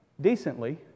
decently